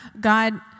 God